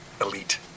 elite